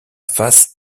face